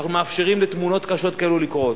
שאנחנו מאפשרים לתמונות קשות כאלה לקרות.